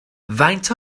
faint